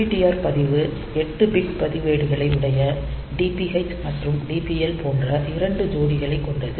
DPTR பதிவு 8 bit பதிவேடுகளை உடைய DPH மற்றும் DPL போன்ற இரண்டு ஜோடிகளை கொண்டது